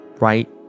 right